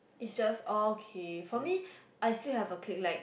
is just okay for me I just still have a clip like